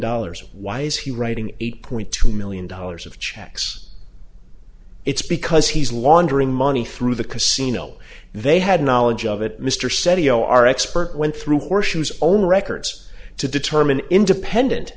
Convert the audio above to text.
dollars why is he writing eight point two million dollars of checks it's because he's laundering money through the casino they had knowledge of it mr setio our expert went through horseshoes only records to determine independent